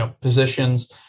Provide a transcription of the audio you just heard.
positions